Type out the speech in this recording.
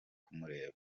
kumureba